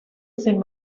seen